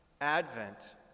Advent